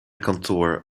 kantoor